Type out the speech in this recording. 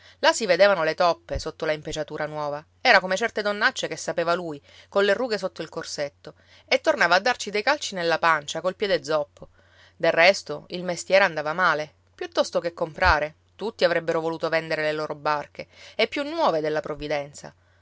là si vedevano le toppe sotto la impeciatura nuova era come certe donnacce che sapeva lui colle rughe sotto il corsetto e tornava a darci dei calci nella pancia col piede zoppo del resto il mestiere andava male piuttosto che comprare tutti avrebbero voluto vendere le loro barche e più nuove della provvidenza